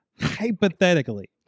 hypothetically